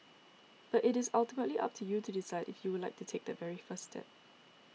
but it is ultimately up to you to decide if you would like to take that very first step